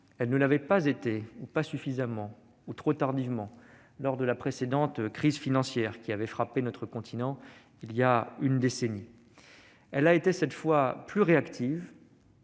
Elle ne l'avait pas été- en tout cas pas suffisamment ou trop tardivement -lors de la précédente crise financière, qui avait frappé notre continent, voilà une décennie. Elle a été cette fois plus réactive,